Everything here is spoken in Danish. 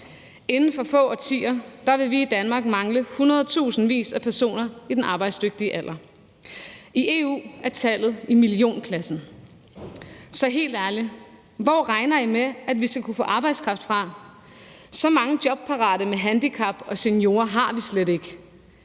Inden for få årtier vil vi i Danmark mangle hundredtusindvis af personer i den arbejdsdygtige alder. I EU er tallet i millionklassen. Så helt ærligt: Hvor regner I med at vi skal kunne få arbejdskraft fra? Så mange jobparate med handicap og seniorer har vi slet ikke.